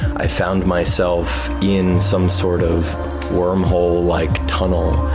i found myself in some sort of wormhole-like tunnel,